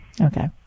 Okay